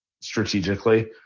strategically